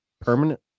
permanent